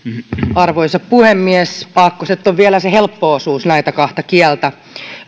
arvoisa puhemies aakkoset on vielä se helppo osuus näitä kahta kieltä